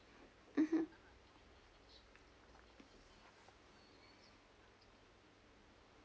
mmhmm